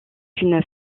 une